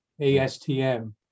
ASTM